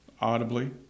audibly